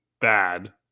bad